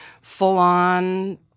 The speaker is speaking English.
full-on